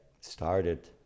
started